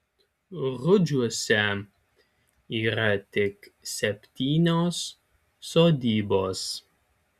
rudžiuose yra tik septynios sodybos